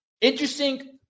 interesting